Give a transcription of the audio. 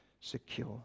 secure